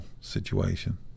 situation